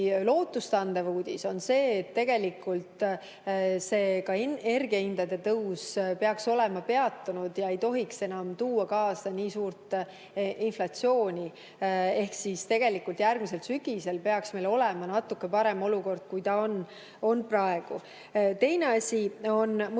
lootustandev uudis on see, et energiahindade tõus peaks olema peatunud ega tohiks enam tuua kaasa nii suurt inflatsiooni. Ehk siis tegelikult järgmisel sügisel peaks meil olema natuke parem olukord, kui on praegu. Teine asi on muidugi